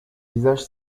visage